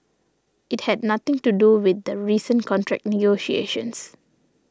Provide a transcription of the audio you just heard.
it had nothing to do with the recent contract negotiations